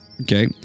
okay